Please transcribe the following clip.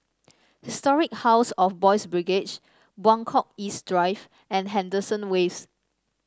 Historic House of Boys' Brigade Buangkok East Drive and Henderson Wave